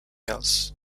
else